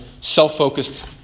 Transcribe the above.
self-focused